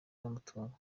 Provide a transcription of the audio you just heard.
bw’amatungo